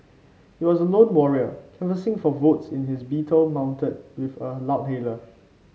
he was a lone warrior canvassing for votes in his Beetle mounted with a loudhailer